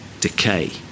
decay